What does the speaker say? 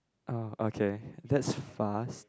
oh okay that's fast